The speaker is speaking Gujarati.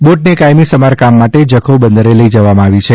બોટને કાથમી સમારકામ માટે જખી બંદરે લઇ જવામાં આવી છે